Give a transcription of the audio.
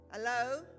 Hello